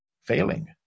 failing